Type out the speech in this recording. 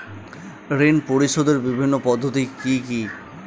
ঋণ পরিশোধের বিভিন্ন পদ্ধতি কি কি?